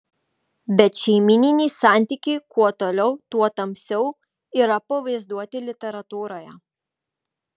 bet šeimyniniai santykiai kuo toliau tuo tamsiau yra pavaizduoti literatūroje